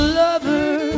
lover